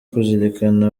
kuzirikana